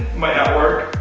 might not work.